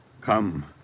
Come